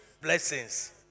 blessings